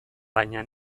baina